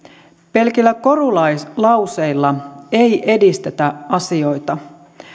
pelkillä korulauseilla ei edistetä asioita